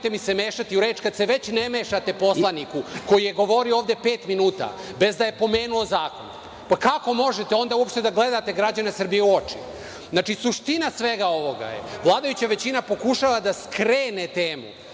mi se mešati u reč kad se već ne mešate poslaniku koji je govorio ovde pet minuta bez da je pomenuo zakon. Pa, kako možete onda uopšte da gledate građane Srbije u oči? Znači, suština svega ovoga je, vladajuća većina pokušava da skrene temu